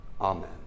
Amen